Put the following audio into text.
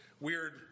weird